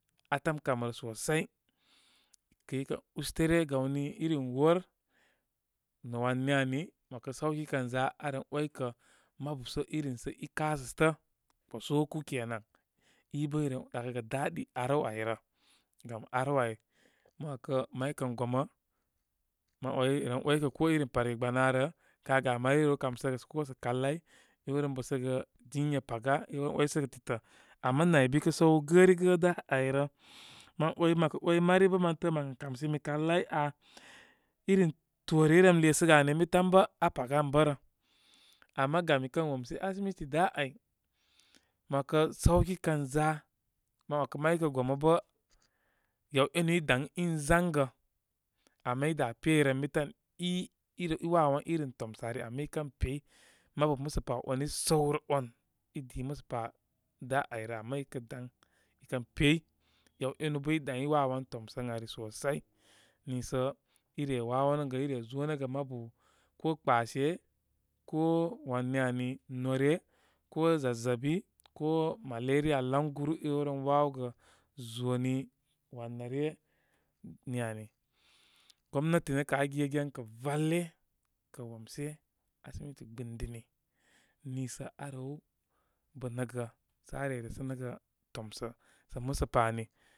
Atəm kam rə so sai kəy ustere gawni, irim wor wan ni ani, mə 'wakə saw ki kən za, aren 'way kə mabu sə, irin sə i kasətə' kposoku kenan. i bə i ren ɗakəgə daɗi. ar wow ay rə. Gam ar wow abary. Mə 'wakə may kən gom mə mə way ren 'way kə ko iri parge gbanaarə ka' ga may rew kamsəgə kosə' kalai, i rew ren bə səgə tinya paga. i rewren 'way sə gə titə'. Ama naybi kə səw gərigə da' a'y rə. Mə 'way mə kə 'way mari bə' mən tabarabar' mən kə' kamsimi kalai aa. i rim toore i rem lesəgə ani ən bi tan bə' aa paga an bə rə. Ama gam i kən womshe asimiti dabar ay. Mə 'wakə saw ki kəza. Ma 'wakə may kən gomə bəi yaw enu i daŋ in zaŋgə ama i da pey rə ən bi tan. i'i wawan irim tomsə ari. Ama i kən pey mabu musə paw on i səw rəw on. i di musə pa da' a yrə. Ama i kə day i kə pey, yawenu bə i daŋ i wawo wan tomsə ən ari sosai niisə i re wawogə ire zo nəgə inabu, ko kpashe ko wan ni ani. Nore, ko zazz a bi, ko malaria, laŋguru i rew ren wawogə zoni wanə ryə, ni ani. Gomnati nə' kə' aa gegen kə' val le kə' loomshe, asimiti gbɨn dini. Niisə arew bə nə gə sə aa re resatunnəgə tomsə' sə musə pa ani.